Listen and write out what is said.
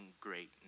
great